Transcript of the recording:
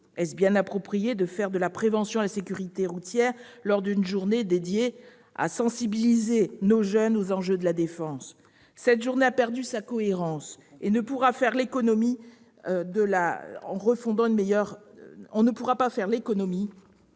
Est-il bien approprié de faire de la prévention en matière de sécurité routière lors d'une journée destinée à sensibiliser nos jeunes aux enjeux de la défense ? Cette journée a perdu sa cohérence et on ne pourra pas faire l'économie